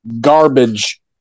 garbage